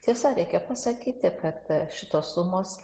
tiesa reikia pasakyti kad šitos sumos